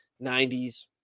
90s